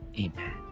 amen